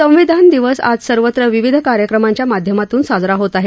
संविधान दिवस आज सर्वत्र विविध कार्यक्रमांच्या माध्यमातून साजरा होत आहे